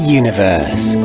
universe